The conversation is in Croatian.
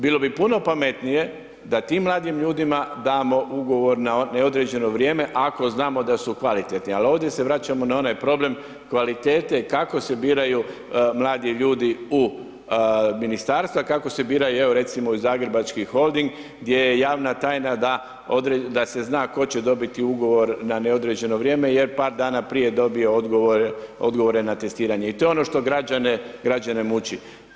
Bilo bi puno pametnije, da tim mladim ljudima damo ugovor na neodređeno vrijeme, ako znamo da su kvalitetni, ali ovdje se vraćamo na onaj problem, kvalitete kao se biraju mladi ljudi u ministarstva, kako se biraju, evo recimo u Zagrebački holding, gdje je javna tajna, da se zna tko će dobiti ugovor na određeno vrijeme, jer je par dana prije dobio odgovore na testiranje i to je ono što građane muči.